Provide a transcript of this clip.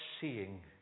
seeing